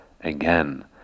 again